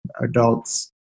adults